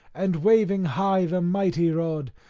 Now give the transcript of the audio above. and waving high the mighty rod,